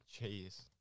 Jeez